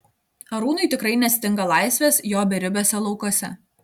arūnui tikrai nestinga laisvės jo beribiuose laukuose